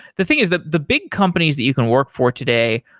the thing is that the big companies that you can work for today,